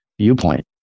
viewpoint